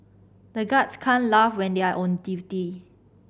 the guards can't laugh when they are on duty